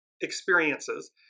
experiences